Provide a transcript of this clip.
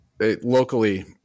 Locally